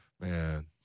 Man